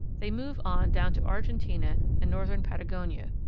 they move on down to argentina and northern patagonia.